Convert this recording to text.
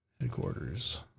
Headquarters